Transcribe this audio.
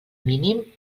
mínim